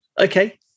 okay